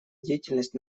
деятельность